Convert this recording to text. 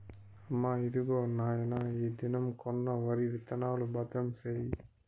అమ్మా, ఇదిగో నాయన ఈ దినం కొన్న వరి విత్తనాలు, భద్రం సేయి